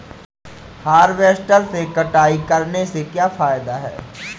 Harvester से कटाई करने से क्या फायदा है?